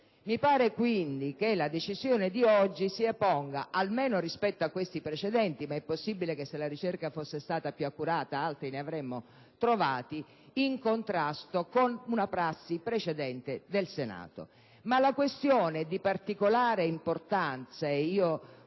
Mi sembra quindi che la decisione di oggi si ponga - almeno rispetto a questi precedenti, ma è possibile che, se la ricerca fosse stata più accurata, ne avremmo trovati degli altri - in contrasto con una prassi precedente del Senato. La questione è di particolare importanza